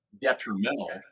detrimental